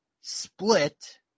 split